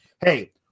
hey